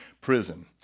prison